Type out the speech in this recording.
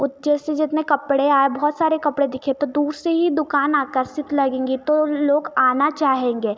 वो जैसे जितने कपड़े आए बहुत सारे कपड़े दिखे तो दूर से ही दुकान आकर्षित लगेंगी तो लोग आना चाहेंगे